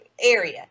area